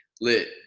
lit